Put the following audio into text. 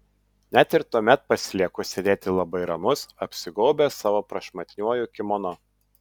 net ir tuomet pasilieku sėdėti labai ramus apsigaubęs savo prašmatniuoju kimono